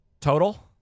Total